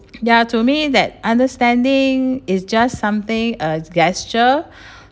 ya to me that understanding is just something a gesture